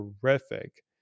terrific